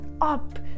up